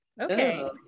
okay